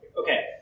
okay